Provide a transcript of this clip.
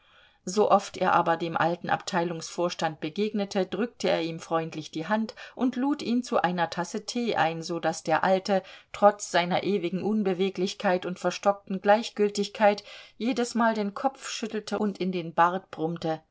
sooft er aber dem alten abteilungsvorstand begegnete drückte er ihm freundlich die hand und lud ihn zu einer tasse tee ein so daß der alte trotz seiner ewigen unbeweglichkeit und verstockten gleichgültigkeit jedesmal den kopf schüttelte und in den bart brummte